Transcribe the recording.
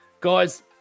Guys